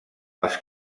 els